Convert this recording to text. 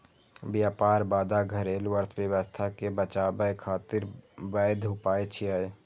व्यापार बाधा घरेलू अर्थव्यवस्था कें बचाबै खातिर वैध उपाय छियै